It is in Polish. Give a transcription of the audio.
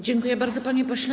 Dziękuję bardzo, panie pośle.